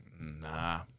nah